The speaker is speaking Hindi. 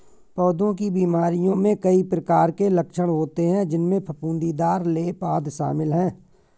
पौधों की बीमारियों में कई प्रकार के लक्षण होते हैं, जिनमें फफूंदीदार लेप, आदि शामिल हैं